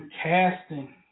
casting